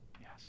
Yes